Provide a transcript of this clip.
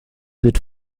wird